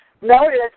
Notice